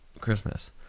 christmas